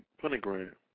pentagram